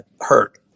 hurt